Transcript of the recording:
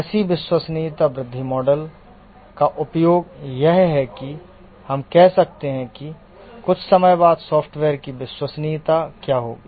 ऐसी विश्वसनीयता वृद्धि मॉडल का उपयोग यह है कि हम कह सकते हैं कि कुछ समय बाद सॉफ्टवेयर की विश्वसनीयता क्या होगी